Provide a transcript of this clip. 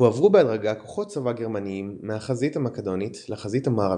הועברו בהדרגה כוחות צבא גרמניים מהחזית המקדונית לחזית המערבית.